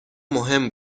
مهم